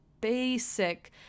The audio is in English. basic